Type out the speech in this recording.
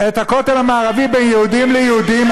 את הכותל המערבי בין יהודים ליהודים.